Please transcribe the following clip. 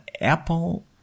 Apple